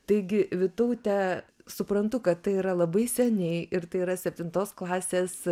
taigi vytaute suprantu kad tai yra labai seniai ir tai yra septintos klasės